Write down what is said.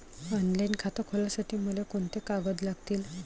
Online खातं खोलासाठी मले कोंते कागद लागतील?